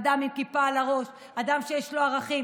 אדם עם כיפה על הראש, אדם שיש לו ערכים.